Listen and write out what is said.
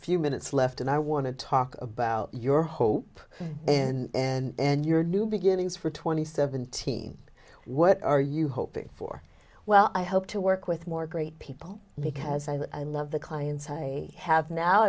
few minutes left and i want to talk about your hope and your new beginnings for twenty seventeen what are you hoping for well i hope to work with more great people because i love the clients i have now